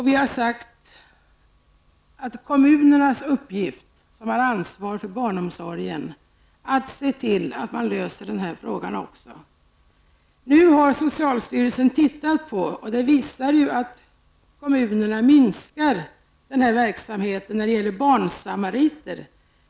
Vi har sagt att kommunerna som har ansvar för barnomsorgen har till uppgift att se till att man även löser den här frågan. Socialstyrelsen har studerat detta och funnit att kommunerna minskar verksamheten när det gäller barnsamariter.